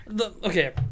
Okay